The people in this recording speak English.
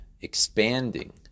expanding